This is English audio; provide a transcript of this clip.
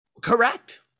Correct